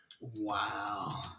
Wow